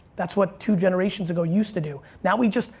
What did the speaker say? that's what two generations ago used to do. now we just,